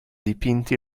dipinti